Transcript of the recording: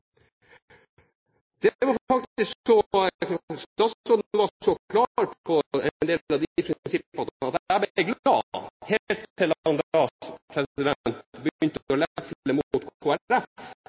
Statsråden var så klar på en del av de prinsippene at jeg ble glad, helt til han begynte å